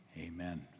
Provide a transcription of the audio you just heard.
Amen